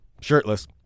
Shirtless